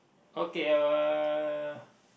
okay uh